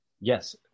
Yes